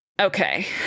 Okay